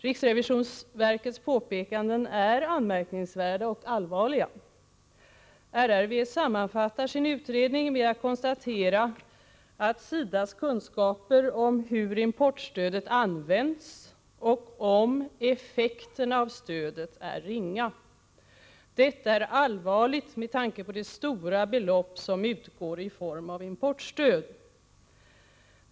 Riksrevisionsverkets påpekanden är anmärkningsvärda och allvarliga. RRV sammanfattar sin utredning med att konstatera att ”SIDA:s kunskaper om hur importstödet använts och om effekterna av stödet är ringa. Detta är allvarligt med tanke på de stora belopp som utgår i form av importstöd”.